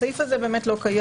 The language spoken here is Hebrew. הסעיף הזה לא קיים,